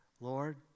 Lord